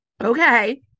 Okay